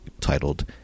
titled